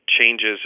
changes